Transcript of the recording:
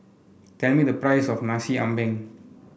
tell me the price of Nasi Ambeng